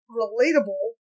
relatable